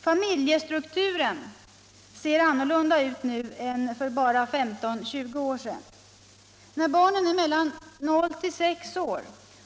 Familjestrukturen ser annorlunda ut nu än för bara 15-20 år sedan. När barnen är mellan 0 och 6 år